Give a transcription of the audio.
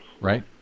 Right